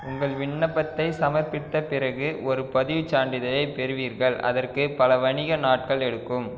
உங்கள் விண்ணப்பத்தை சமர்ப்பித்த பிறகு ஒரு பதிவு சான்றிதழை பெறுவீர்கள் அதற்கு பல வணிக நாட்கள் எடுக்கும்